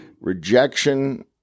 rejection